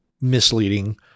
misleading